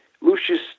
Lucius